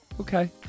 Okay